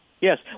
Yes